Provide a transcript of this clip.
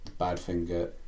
Badfinger